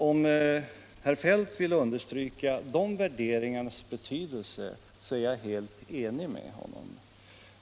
Om herr Feldt vill understryka de värderingarnas betydelse så är jag helt enig med honom.